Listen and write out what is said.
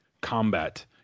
combat